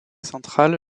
centrale